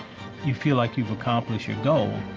you'd feel like you've accomplished your goal.